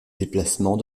déplacement